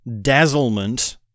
dazzlement